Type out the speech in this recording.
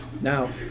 Now